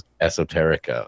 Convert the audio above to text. esoteric